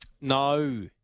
No